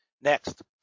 Next